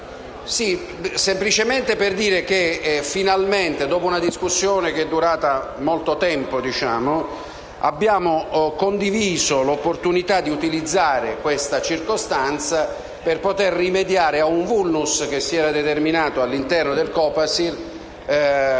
(testo 2) per dire che finalmente, dopo una discussione che è durata molto tempo, abbiamo condiviso l'opportunità di utilizzare questa circostanza per poter rimediare ad un *vulnus* che si era determinato all'interno del Copasir,